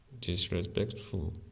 Disrespectful